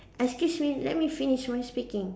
excuse me let me finish my speaking